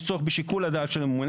יש צורך בשיקול דעת של הממונה,